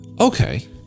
Okay